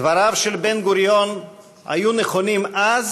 דבריו של בן-גוריון היו נכונים אז